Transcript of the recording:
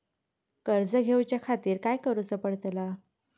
कर्ज घेऊच्या खातीर काय करुचा पडतला?